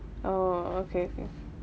oh okay okay